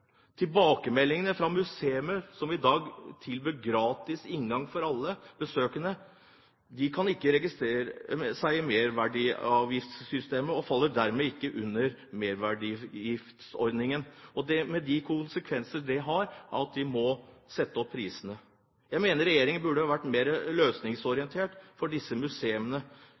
som i dag tilbyr gratis inngang for alle besøkende, kan ikke registreres i merverdiavgiftssystemet og faller dermed ikke inn under merverdiavgiftsordningen, med den konsekvensen at de må begynne å ta betalt. Jeg mener regjeringen burde vært mer løsningsorientert for disse